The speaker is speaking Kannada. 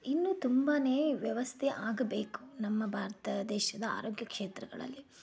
ಇನ್ನೂ ತುಂಬನೇ ವ್ಯವಸ್ಥೆ ಆಗಬೇಕು ನಮ್ಮ ಭಾರತ ದೇಶದ ಆರೋಗ್ಯ ಕ್ಷೇತ್ರಗಳಲ್ಲಿ